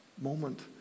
moment